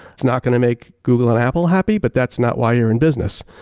is not going to make google and apple happy but that's not why you are in business.